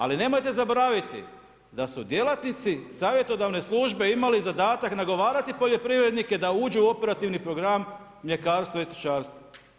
Ali nemojte zaboraviti da su djelatnici savjetodavne službe imali zadatak nagovarati poljoprivrednike da uđu u operativni program mljekarstva i stočarstva.